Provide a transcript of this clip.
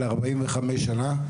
45 שנה,